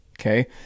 Okay